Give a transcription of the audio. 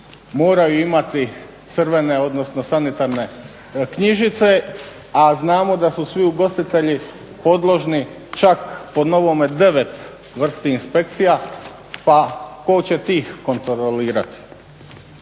moraju imati crvene, odnosno sanitarne knjižice a znamo da su svi ugostitelji podložni čak po novome devet vrsti inspekcija pa tko će tih kontrolirati.